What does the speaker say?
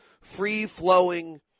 free-flowing